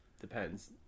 depends